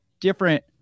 different